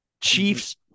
Chiefs